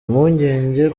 impungenge